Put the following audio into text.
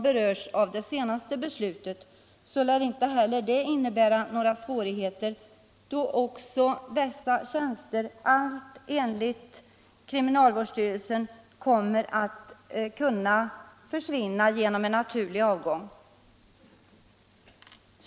Inte heller den indragningen lär innebära några svårigheter då också dessa tjänsters innehavare — allt enligt kriminalvårdsstyrelsen — kommer att försvinna genom en naturlig avgång.